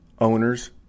owners